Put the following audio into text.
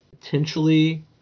potentially